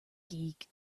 geek